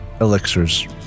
elixirs